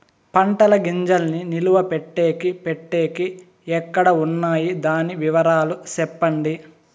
పంటల గింజల్ని నిలువ పెట్టేకి పెట్టేకి ఎక్కడ వున్నాయి? దాని వివరాలు సెప్పండి?